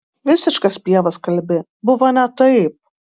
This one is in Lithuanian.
visiškas pievas kalbi buvo ne taip